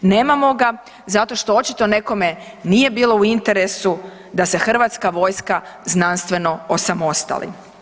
Nemamo ga zato što očito nekome nije bilo u interesu da se hrvatska vojska znanstveno osamostali.